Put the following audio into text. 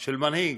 של מנהיג,